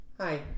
hi